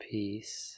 Peace